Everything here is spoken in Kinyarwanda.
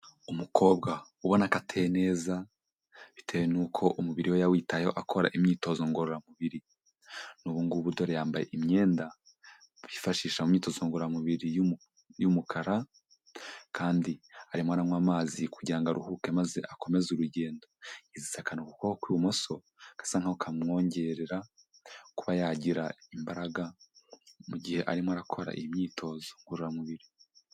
Umukobwa ubona ko ateye neza bitewe n'uko umubiri we yawitayeho akora imyitozo ngororamubiri, n'ubu ngubu dore yambaye imyenda bifashisha mu myitozo ngororamubiri y'umukara kandi arimo aranywa amazi kugira ngo aruhuke maze akomeze urugendo, yiziritse akantu ku kuboko kw'ibumoso gasa nk'aho kamwongerera kuba yagira imbaraga mu gihe arimo arakora iyi imyitozo ngororamubiri.